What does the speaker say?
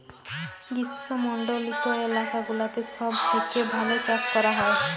গ্রীস্মমন্ডলিত এলাকা গুলাতে সব থেক্যে ভাল চাস ক্যরা হ্যয়